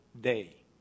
day